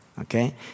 okay